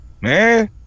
Man